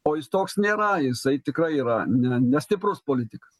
o jis toks nėra jisai tikrai yra ne nestiprus politikas